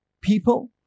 people